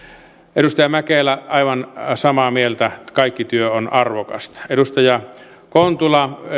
edustaja mäkelä aivan samaa mieltä kaikki työ on arvokasta edustaja kontula